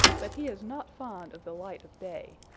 but he is not fond of the light of day.